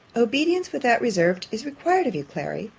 obedience without reserve is required of you, clary.